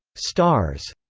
stars,